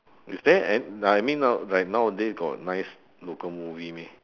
is there an~ I mean now like nowadays got nice local movie meh